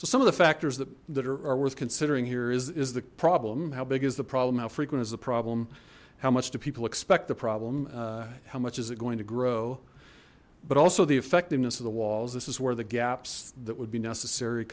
some of the factors that that are worth considering here is is the problem how big is the problem how frequent is the problem how much do people expect the problem how much is it going to grow but also the effectiveness of the walls this is where the gaps that would be necessary